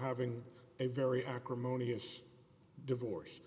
having a very acrimonious divorce